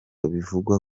bivugwa